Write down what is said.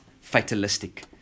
fatalistic